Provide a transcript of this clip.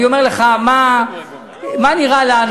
אני אומר לך מה נראה לנו,